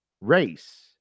race